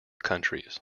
countries